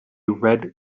red